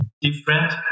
different